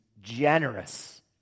generous